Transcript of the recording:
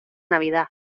navidad